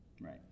Right